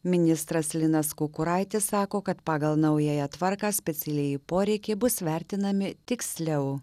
ministras linas kukuraitis sako kad pagal naująją tvarką specialieji poreikiai bus vertinami tiksliau